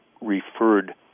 referred